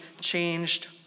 changed